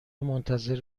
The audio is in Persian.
منتظر